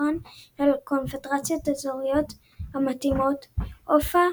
בפיקוחן של הקונפדרציות האזוריות המתאימות אופ"א,